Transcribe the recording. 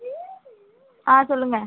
ஆ சொல்லுங்கள்